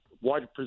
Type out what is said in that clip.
wide